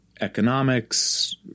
economics